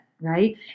right